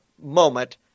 moment